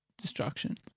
destruction